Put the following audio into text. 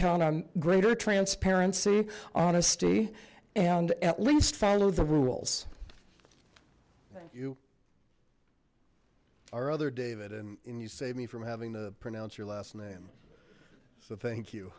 count on greater transparency honesty and at least follow the rules you our other david and you save me from having to pronounce your last name so thank you